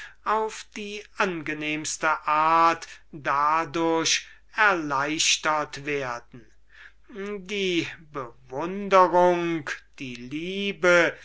auf eine angenehme art dadurch erleichtert werden die bewunderung die liebe